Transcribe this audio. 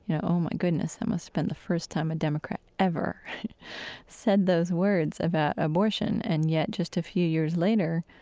you know oh, my goodness. that must've been the first time a democrat ever said those words about abortion and yet, just a few years later,